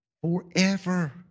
forever